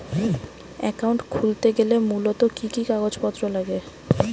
Account খুলতে গেলে মূলত কি কি কাগজপত্র লাগে?